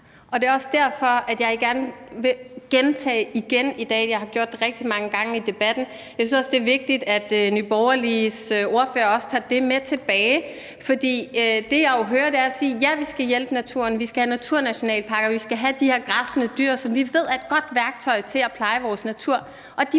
Og det er også derfor, jeg gerne vil gentage det i dag – jeg har gjort det rigtig mange gange i debatten. Jeg synes også, det er vigtigt, at spørgeren fra Nye Borgerlige tager det med tilbage, for det, jeg jo hører, er, at vi skal hjælpe naturen, vi skal have naturnationalparker, og vi skal have de her græssende dyr, som vi ved er et godt værktøj til at pleje vores natur.